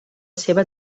seva